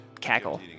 cackle